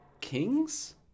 Kings